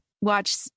watch